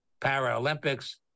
Paralympics